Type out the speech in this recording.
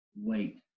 wait